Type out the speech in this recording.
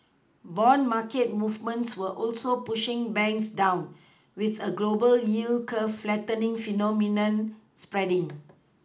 bond market movements were also pushing banks down with a global yield curve flattening phenomenon spreading